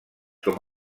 com